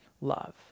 love